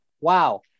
wow